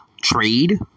trade